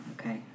Okay